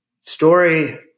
story